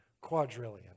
quadrillion